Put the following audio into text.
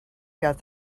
got